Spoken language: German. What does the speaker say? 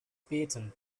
beten